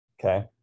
okay